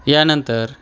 यानंतर